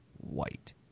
white